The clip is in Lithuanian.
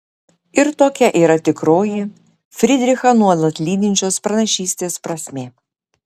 ir tokia yra tikroji frydrichą nuolat lydinčios pranašystės prasmė